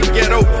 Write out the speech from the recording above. ghetto